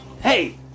Hey